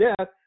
death